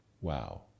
Wow